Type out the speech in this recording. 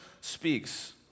speaks